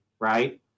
right